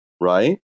right